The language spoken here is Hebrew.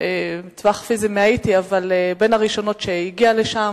בטווח פיזי מהאיטי, אבל בין הראשונות שהגיעו לשם,